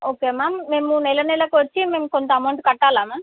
okay ma'am మేము నెల నెలకు వచ్చి మేము కొంత అమౌంట్ కట్టాలా మ్యామ్